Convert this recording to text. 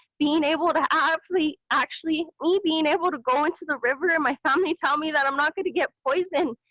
being able to ah actually me being able to go into the river, and my family tell me that i'm not going to get poisoned,